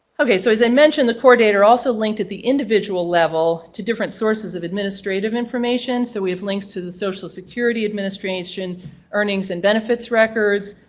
okay so as i mentioned the core date are also linked at the individual level to different sources of administrative information. so we have links to the social security administration earnings and benefits records,